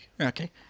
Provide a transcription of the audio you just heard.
Okay